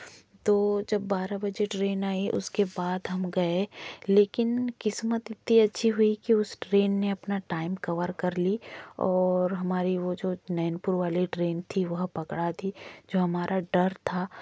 तो जब बारह बजे ट्रेन आई उसके बाद हम गए लेकिन किस्मत इतनी अच्छी हुई की उस ट्रेन ने अपना टाइम कवर कर ली और हमारी वह जो नैनपुर वाली ट्रेन थी वह पकड़ा थी जो हमारा डर था